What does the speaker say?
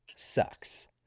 sucks